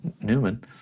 newman